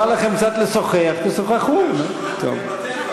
בא לכם קצת לשוחח, תשוחחו, נו.